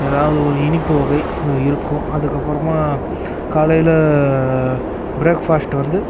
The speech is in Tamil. எதாவது ஒரு இனிப்பு வகை இருக்கும் அதுக்கப்பறமாக காலையில் பிரேக்ஃபாஸ்ட் வந்து